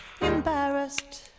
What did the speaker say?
Embarrassed